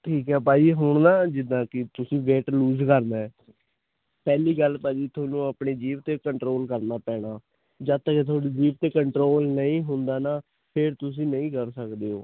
ਠੀਕ ਆ ਭਾਜੀ ਹੁਣ ਨਾ ਜਿੱਦਾਂ ਕਿ ਤੁਸੀਂ ਵੇਟ ਲੂਜ ਕਰਨਾ ਪਹਿਲੀ ਗੱਲ ਭਾਜੀ ਤੁਹਾਨੂੰ ਆਪਣੇ ਜੀਭ 'ਤੇ ਕੰਟਰੋਲ ਕਰਨਾ ਪੈਣਾ ਜਦ ਤੱਕ ਤੁਹਾਡੀ ਜੀਭ 'ਤੇ ਕੰਟਰੋਲ ਨਹੀਂ ਹੁੰਦਾ ਨਾ ਫਿਰ ਤੁਸੀਂ ਨਹੀਂ ਕਰ ਸਕਦੇ ਹੋ